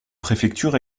préfecture